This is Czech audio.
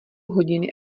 hodiny